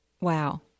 Wow